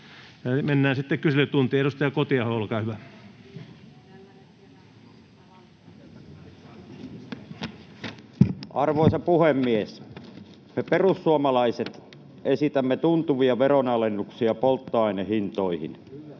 Mennään sitten kyselytuntiin. Edustaja Kotiaho, olkaa hyvä. Arvoisa puhemies! Me perussuomalaiset esitämme tuntuvia veronalennuksia polttoainehintoihin.